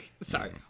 Sorry